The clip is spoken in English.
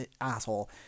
asshole